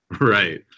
right